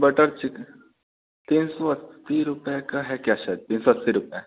butter chicken तीन सौ अस्सी रुपये का है क्या शायद तीन सौ अस्सी रूपये